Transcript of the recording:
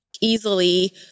easily